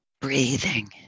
breathing